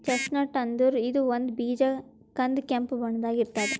chestnut ಅಂದ್ರ ಇದು ಒಂದ್ ಬೀಜ ಕಂದ್ ಕೆಂಪ್ ಬಣ್ಣದಾಗ್ ಇರ್ತದ್